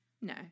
No